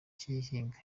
cy’ihinga